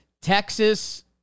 Texas